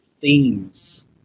themes